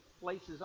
places